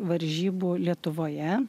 varžybų lietuvoje